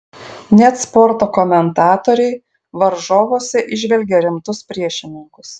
net sporto komentatoriai varžovuose įžvelgia rimtus priešininkus